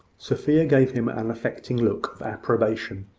sophia gave him an affecting look of approbation,